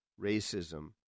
racism